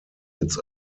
its